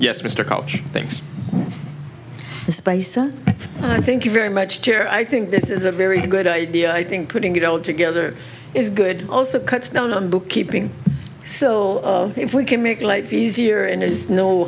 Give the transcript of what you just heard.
yes mr couch thanks i thank you very much jerry i think this is a very good idea i think putting it all together is good also cuts down on bookkeeping so if we can make life easier and there is no